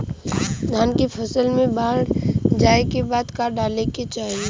धान के फ़सल मे बाढ़ जाऐं के बाद का डाले के चाही?